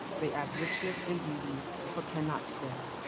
they add richness and beauty but cannot stay.